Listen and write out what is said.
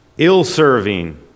Ill-serving